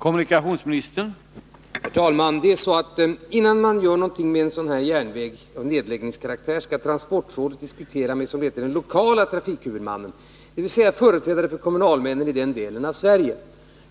Herr talman! Innan man i nedläggningssyfte vidtar någor. åtgärd med en sådan här järnväg skall transportrådet diskutera med, som det heter, den lokala trafikhuvudmannen, dvs. med företrädare för kommunalmännen i den aktuella delen av Sverige.